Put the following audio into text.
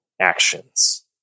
actions